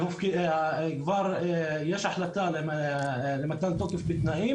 שכבר יש החלטה למתן תוקף בתנאים.